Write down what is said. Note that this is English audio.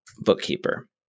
bookkeeper